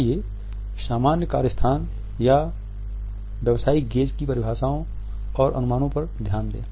आइए सामान्य कार्य स्थान या व्यावसायिक गेज़ की परिभाषाओं और अनुमानों पर ध्यान दें